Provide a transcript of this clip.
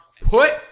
put